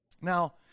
now